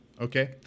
Okay